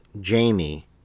Jamie